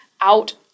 out